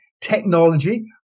technology